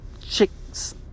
chicks